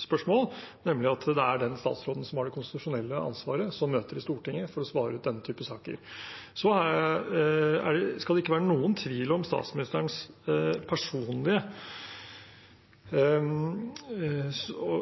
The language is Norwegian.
spørsmål, nemlig at det er den statsråden som har det konstitusjonelle ansvaret, som møter i Stortinget for å svare ut denne typen saker. Så skal det ikke være noen tvil om statsministerens personlige